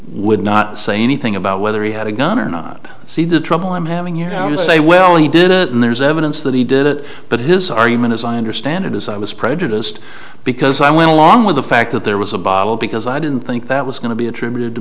would not say anything about whether he had a gun or not see the trouble i'm having here now to say well he did it and there's evidence that he did it but his argument as i understand it is i was prejudiced because i went along with the fact that there was a bottle because i didn't think that was going to be attributed to